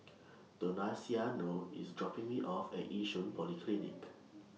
Donaciano IS dropping Me off At Yishun Polyclinic